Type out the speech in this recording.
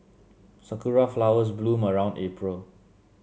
sakura flowers bloom around April